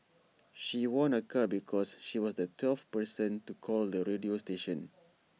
she won A car because she was the twelfth person to call the radio station